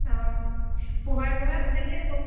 অঁ পোহৰে পোহৰে পালেহিয়ে হ'ব